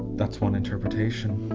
that's one interpretation.